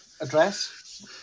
address